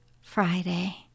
Friday